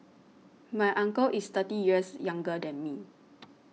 my uncle is thirty years younger than me